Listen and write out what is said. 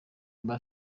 amb